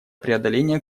преодоления